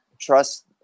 trust